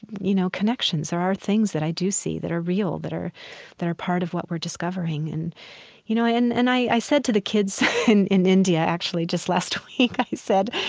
you know, connections. there are things that i do see that are real, that are that are part of what we're discovering and you know, i and and i said to the kids in in india actually just last week, i said,